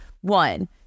one